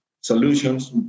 solutions